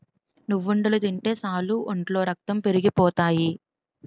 నువ్వుండలు తింటే సాలు ఒంట్లో రక్తం పెరిగిపోతాయి